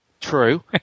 True